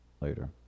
later